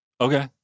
okay